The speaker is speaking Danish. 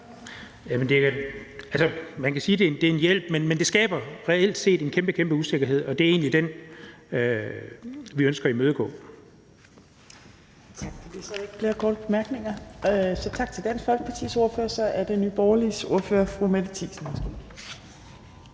Man kan sige, det er en hjælp, men det skaber reelt set en kæmpe, kæmpe usikkerhed, og det er egentlig den, vi ønsker at imødegå.